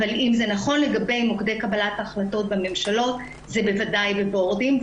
אבל אם זה נכון לגבי מוקדי קבלת ההחלטות בממשלות זה בוודאי בבורדים.